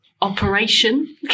operation